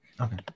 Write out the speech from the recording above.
Okay